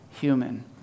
human